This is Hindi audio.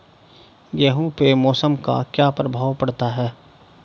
गेहूँ पे मौसम का क्या प्रभाव पड़ता है?